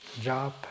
job